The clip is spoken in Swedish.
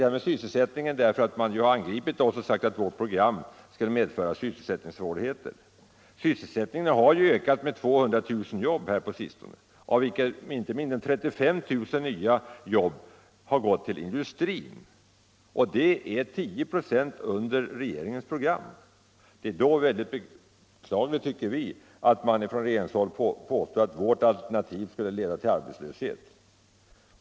Jag nämner sysselsättningen därför att man angripit oss och sagt att vårt program skulle medföra sysselsättningssvårigheter. Sysselsättningen har ju ökat med 200 000 nya jobb på sistone, varav inte mindre än 35 000 hänför sig till industrin. Det är 10 96 under regeringens program. Det är då väldigt demagogiskt, tycker vi, när man från regeringshåll påstår att vårt alternativ skulle leda till arbetslöshet.